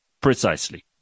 precisely